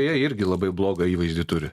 jie irgi labai blogą įvaizdį turi